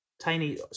tiny